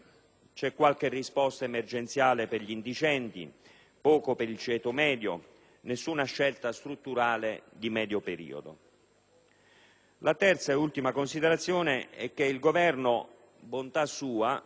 c'è qualche risposta emergenziale per gli indigenti, poco per il ceto medio, nessuna scelta strutturale di medio periodo. La terza ed ultima considerazione è che il Governo, bontà sua,